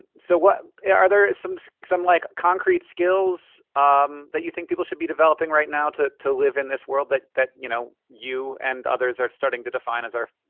and so but yeah are there some, so like, concrete skills um that you think people should be developing right now to to live in this world that that you know you and others are starting to define as our,